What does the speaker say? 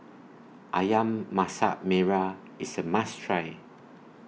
Ayam Masak Merah IS A must Try